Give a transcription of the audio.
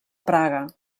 praga